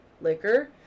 liquor